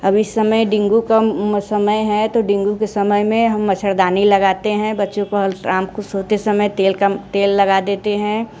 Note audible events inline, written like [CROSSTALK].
अब इस समय डेंगू का समय है तो डेंगू के समय में हम मच्छरदानी लगाते हैं बच्चों [UNINTELLIGIBLE] सोते समय तेल का तेल लगा देते हैं